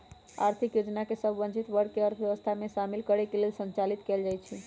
आर्थिक योजना सभ वंचित वर्ग के अर्थव्यवस्था में शामिल करे लेल संचालित कएल जाइ छइ